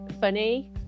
funny